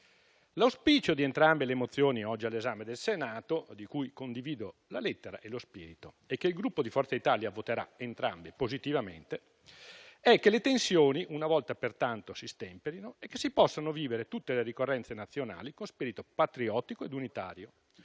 L'auspicio di entrambe le mozioni oggi all'esame del Senato, di cui condivido la lettera e lo spirito e su cui il Gruppo Forza Italia voterà favorevolmente, è che le tensioni una volta per tutte si stemperino e si possano vivere tutte le ricorrenze nazionali con spirito patriottico e unitario,